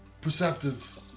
perceptive